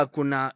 Kuna